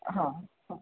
हां हां